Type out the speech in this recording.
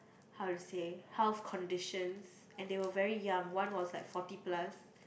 how to say health condition and they were very young one was like forty plus